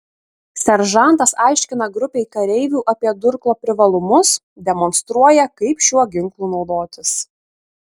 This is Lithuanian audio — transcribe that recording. seržantas aiškina grupei kareivių apie durklo privalumus demonstruoja kaip šiuo ginklu naudotis